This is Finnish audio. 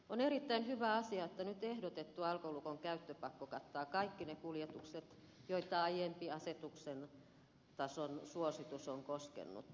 on erittäin hyvä asia että nyt ehdotettu alkolukon käyttöpakko kattaa kaikki ne kuljetukset joita aiempi asetustason suositus on koskenut